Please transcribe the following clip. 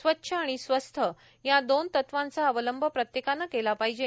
स्वच्छ आणि स्वस्थ या दोन तत्वांचा अवलंब प्रत्येकानं केला पाहिजे